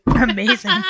Amazing